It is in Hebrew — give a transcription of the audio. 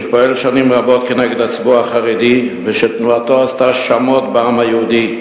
שפועל שנים רבות כנגד הציבור החרדי ותנועתו עשתה שמות בעם היהודי.